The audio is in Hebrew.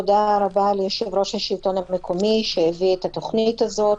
תודה רבה ליושב-ראש השלטון המקומי שהביא את התוכנית הזאת,